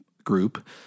group